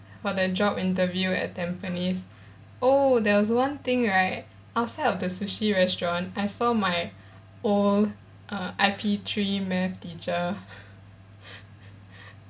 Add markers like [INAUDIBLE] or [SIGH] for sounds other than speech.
for the job interview at tampines oh there was one thing right outside of the sushi restaurant I saw my old uh I_P three math teacher [LAUGHS]